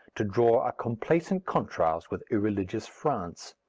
to draw a complacent contrast with irreligious france.